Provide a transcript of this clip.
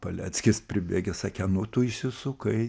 paleckis pribėgęs sakė nu tu išsisukai